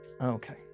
okay